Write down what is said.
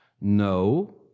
No